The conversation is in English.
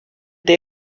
they